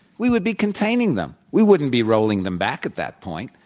we would be containing them. we wouldn't be rolling them back at that point.